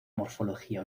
morfología